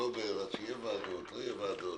אוקטובר יהיו ועדות, לא יהיו ועדות.